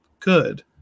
Good